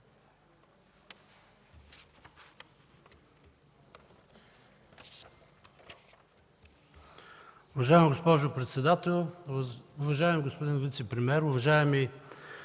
Уважаема госпожо председател, уважаеми господин вицепремиер, уважаеми